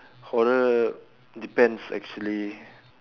horror depends actually